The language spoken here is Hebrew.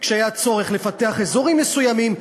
כשהיה צורך לפתח אזורים מסוימים,